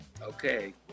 Okay